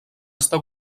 estar